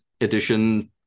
edition